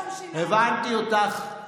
אבל אם אתם רוצים שאני אבין אתכם,